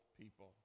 people